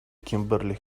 kimberly